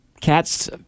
cat's